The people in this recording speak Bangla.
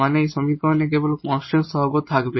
মানে এই সমীকরণে কেবল কনস্ট্যান্ট কোইফিসিয়েন্ট থাকবে